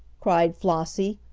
cried flossie,